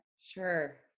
sure